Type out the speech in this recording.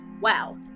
Wow